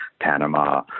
Panama